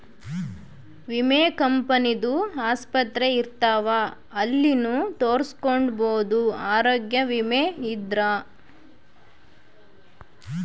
ವಿಮೆ ಕಂಪನಿ ದು ಆಸ್ಪತ್ರೆ ಇರ್ತಾವ ಅಲ್ಲಿನು ತೊರಸ್ಕೊಬೋದು ಆರೋಗ್ಯ ವಿಮೆ ಇದ್ರ